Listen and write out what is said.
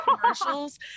commercials